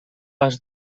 les